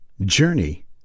Journey